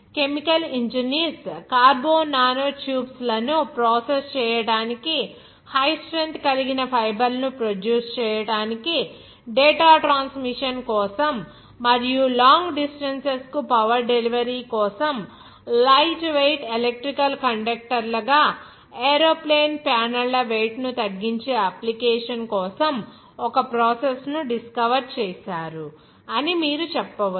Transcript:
chemical engineers carbon nano tubes లను process చేయడానికి high strength కలిగిన ఫైబర్లను ప్రొడ్యూస్ చేయడానికి డేటా ట్రాన్స్మిషన్ కోసం మరియు లాంగ్ డిస్టెన్సుస్ కు పవర్ డెలివరీ కోసం లైట్ వెయిట్ ఎలక్ట్రికల్ కండక్టర్లుగా ఏరోప్లేన్ ప్యానెళ్ల వెయిట్ ను తగ్గించే అప్లికేషన్ కోసం ఒక ప్రాసెస్ ను డిస్కవర్ చేసారు అని మీరు చెప్పవచ్చు